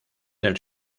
del